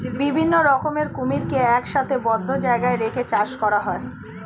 বিভিন্ন রকমের কুমিরকে একসাথে বদ্ধ জায়গায় রেখে চাষ করা হয়